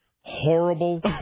horrible